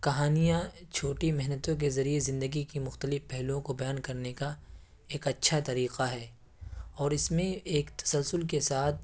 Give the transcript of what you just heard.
کہانیاں چھوٹی محنتوں کے ذریعے زندگی کی مختلف پہلوؤں کو بیان کرنے کا ایک اچھا طریقہ ہے اور اس میں ایک تسلسل کے ساتھ